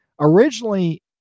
originally